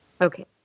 okay